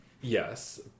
yes